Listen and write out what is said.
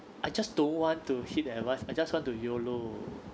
I just don't want to heed the advice I just want to YOLO